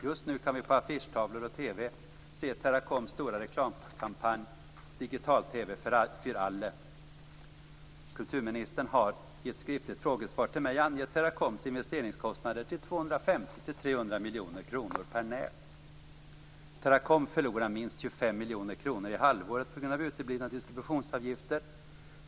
Just nu kan vi på affischtavlor och TV se Kulturministern har i ett skriftligt frågesvar till mig angett Teracoms investeringskostnader till 250-300 Teracom förlorar minst 25 miljoner kronor i halvåret på grund av uteblivna distributionsavgifter.